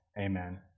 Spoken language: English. Amen